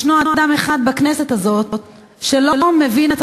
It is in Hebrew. ישנו אדם אחד בכנסת הזאת שלא מבין את